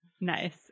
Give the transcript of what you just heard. Nice